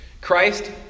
Christ